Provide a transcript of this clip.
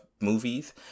movies